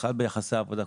בכלל ביחסי עבודה,